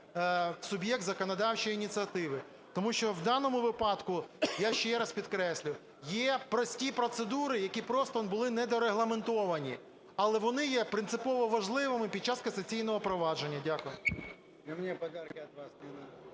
суб'єкт законодавчої ініціативи. Тому що в даному випадку, я ще раз підкреслюю, є прості процедури, які просто були недорегламентовані, але вони є принципово важливими під час касаційного провадження. Дякую.